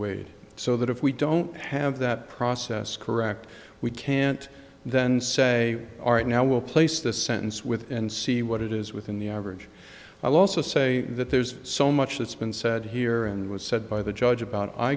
weighed so that if we don't have that process correct we can't then say all right now will place the sentence with and see what it is within the average i'll also say that there's so much that's been said here and was said by the judge about i